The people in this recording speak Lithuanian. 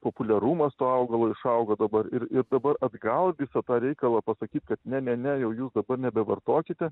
populiarumas to augalo išaugo dabar ir ir dabar atgal visą tą reikalą pasakyt kad ne ne ne jau jų dabar nebevartokite